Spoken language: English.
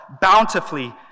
bountifully